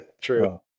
True